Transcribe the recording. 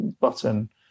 button